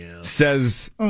says